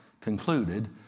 concluded